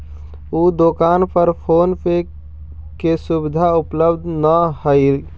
उ दोकान पर फोन पे के सुविधा उपलब्ध न हलई